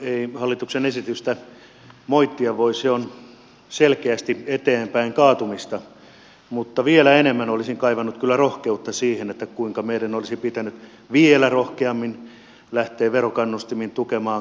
ei hallituksen esitystä moittia voi se on selkeästi eteenpäin kaatumista mutta vielä enemmän olisin kaivannut kyllä rohkeutta siihen kuinka meidän olisi pitänyt vielä rohkeammin lähteä verokannustimin tukemaan kasvuyrityksiä